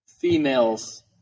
females